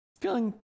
feeling